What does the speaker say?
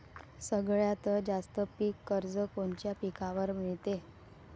सगळ्यात जास्त पीक कर्ज कोनच्या पिकावर मिळते?